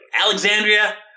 Alexandria